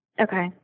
Okay